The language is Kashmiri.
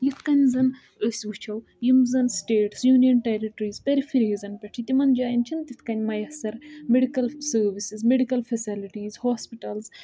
یِتھٕ کٔنۍ زَن أسۍ وُچھُو یِم زَن سِٹیٹٕس یوٗنِیَن ٹرِٛٹٕریٖز ٹٕرِفریٖز پیٚٹھ چِھ تِمَن جایَن چِھ نہٕ تِتھ کٕنۍ میَسر medical services medical facilities hospital